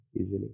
easily